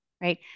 right